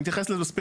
אני אתייחס לנושא.